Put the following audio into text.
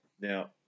Now